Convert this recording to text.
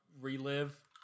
relive